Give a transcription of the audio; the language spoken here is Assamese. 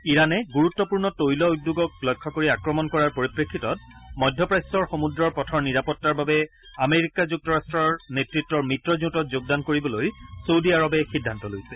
ইৰাণে গুৰুত্পূৰ্ণ তৈল উদ্যোগক লক্ষ্য কৰি আক্ৰমণ কৰাৰ পৰিপ্ৰেক্ষিতত মধ্যপ্ৰাচ্যৰ সমূদ্ৰৰ পথৰ নিৰাপত্তাৰ বাবে আমেৰিকা যুক্তৰাট্টৰ নেত্ৰত্বৰ মিত্ৰজোটত যোগদান কৰিবলৈ চৌদী আৰবে সিদ্ধান্ত লৈছে